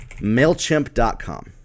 MailChimp.com